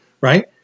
Right